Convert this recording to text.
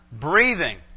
breathing